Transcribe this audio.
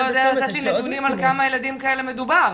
אף אחד לא יודע לתת לי נתונים על כמה ילדים כאלה מדובר,